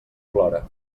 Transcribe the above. plora